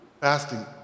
Fasting